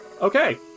Okay